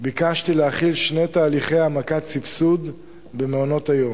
ביקשתי להחיל שני תהליכי העמקת סבסוד במעונות-היום: